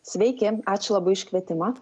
sveiki ačiū labai už kvietimą